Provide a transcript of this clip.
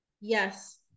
Yes